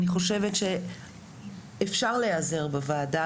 אני חושבת שאפשר להיעזר בוועדה,